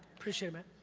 appreciate it